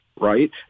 right